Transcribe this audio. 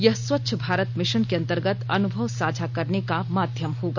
यह स्वच्छ भारत मिशन के अंतर्गत अनुभव साझा करने का माध्यम होगा